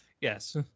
Yes